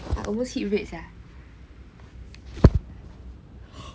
I almost hit red sia